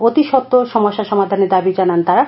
অতিসত্বর সমস্যা সমাধানের দাবী জানান তারা